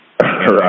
Right